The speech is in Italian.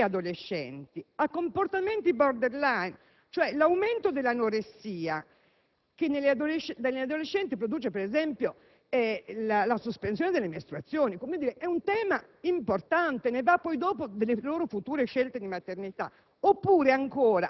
ma anche le preadolescenti a comportamenti *borderline*. L'aumento dell'anoressia nelle adolescenti produce, ad esempio, la sospensione delle mestruazioni. È un tema importante, ne va delle loro future scelte di maternità.